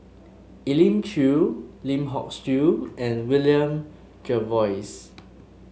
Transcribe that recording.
Elim Chew Lim Hock Siew and William Jervois